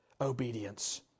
obedience